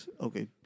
Okay